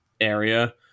area